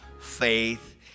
faith